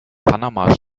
panama